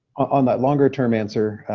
on that longer term answer,